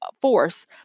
force